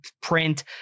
print